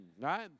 right